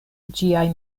ĝiaj